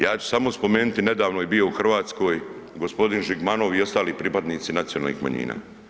Ja ću samo spomenuti, nedavno je bio u Hrvatskoj g. Žigmanov i ostali pripadnici nacionalnih manjina.